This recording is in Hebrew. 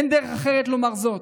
אין דרך אחרת לומר זאת: